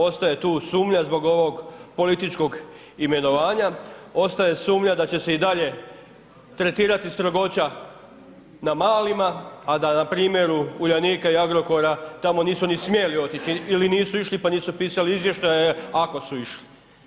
Ostaje tu sumnja zbog ovog političkog imenovanja, ostaje sumnja da će se i dalje tretirati strogoća na malima, a da na primjeru Uljanika i Agrokora tamo nisu ni smjeli otići ili nisu išli, pa nisu pisali izvještaje, ako su išli.